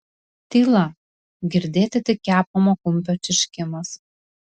tyla girdėti tik kepamo kumpio čirškimas